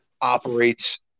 operates